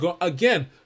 Again